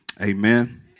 Amen